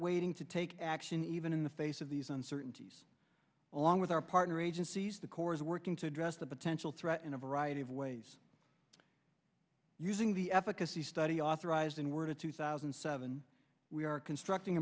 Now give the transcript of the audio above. waiting to take action even in the face of these uncertainties along with our partner agencies the corps is working to address the potential threat in a variety of ways using the efficacies study authorized in word two thousand and seven we are constructing